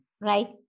right